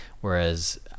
whereas